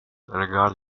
regard